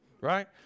right